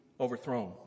overthrown